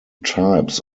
types